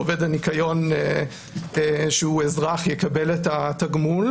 עובד הניקיון שהוא אזרח יקבל את התגמול